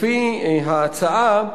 לפי ההצעה,